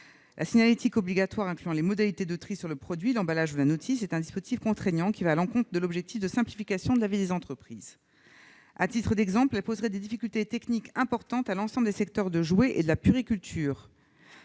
La signalétique obligatoire incluant les modalités de tri sur le produit, l'emballage ou la notice est un dispositif contraignant, allant à l'encontre de l'objectif de simplification de la vie des entreprises. À titre d'exemple, elle poserait des difficultés techniques importantes à l'ensemble des secteurs du jouet et de la puériculture.